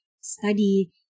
study